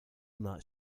not